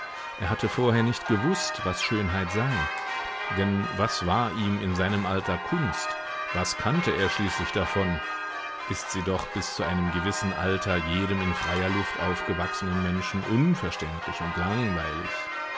er hatte vorher nicht gewußt was schönheit sei denn was war ihm in seinem alter kunst was kannte er schließlich davon ist sie doch bis zu einem gewissen alter jedem in freier luft aufgewachsenen menschen unverständlich und langweilig